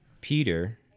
Peter